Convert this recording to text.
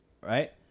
right